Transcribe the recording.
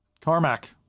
Carmack